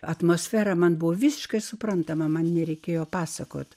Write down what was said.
atmosfera man buvo visiškai suprantama man nereikėjo pasakoti